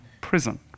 prison